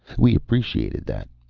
we appreciated that.